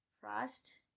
Frost